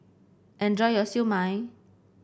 enjoy your Siew Mai